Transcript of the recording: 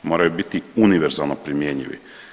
Moraju biti univerzalno primjenjivi.